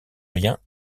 rien